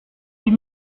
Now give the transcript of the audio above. huit